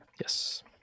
Yes